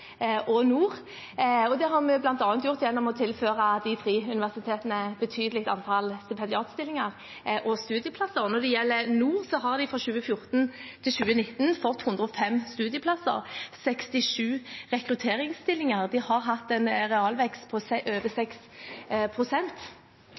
og på Nord universitet. Det har vi gjort gjennom bl.a. å tilføre de tre universitetene et betydelig antall stipendiatstillinger og studieplasser. Når det gjelder Nord universitet, har de fra 2014 til 2019 fått 105 studieplasser og 67 rekrutteringsstillinger. De har hatt en realvekst på over